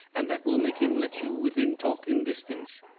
and that will make him let you within talking distance.